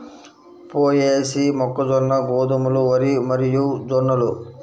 పొయేసీ, మొక్కజొన్న, గోధుమలు, వరి మరియుజొన్నలు